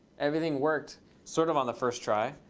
everything worked sort of on the first try.